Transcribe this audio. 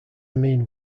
mean